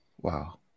Wow